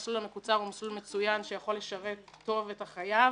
המסלול המקוצר הוא מסלול מצוין שיכול לשרת טוב את החייב.